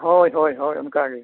ᱦᱳᱭ ᱦᱳᱭ ᱚᱱᱠᱟᱜᱮ